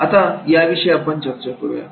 आता याविषयी आपण चर्चा करू या